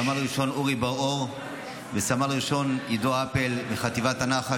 סמל ראשון אורי בר אור וסמל ראשון עידו אפל מחטיבת הנח"ל,